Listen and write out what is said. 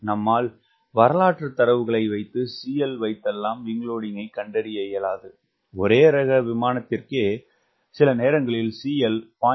நம்மால் வரலாற்று தரவுகளை வைத்து CL வைத்தெல்லாம் விங்க் லோடிங்கை WS கண்டறிய இயலாது ஒரே ரக விமானத்திற்கே CL 0